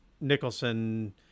Nicholson